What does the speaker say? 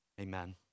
amen